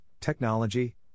technology